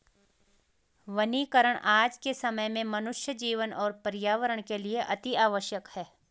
वनीकरण आज के समय में मनुष्य जीवन और पर्यावरण के लिए अतिआवश्यक है